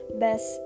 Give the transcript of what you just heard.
best